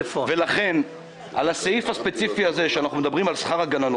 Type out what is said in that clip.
לכן יורידו את העתירה לבג"ץ על הסעיף הספציפי הזה שאנחנו מדברים עליו,